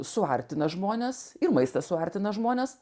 suartina žmones ir maistas suartina žmones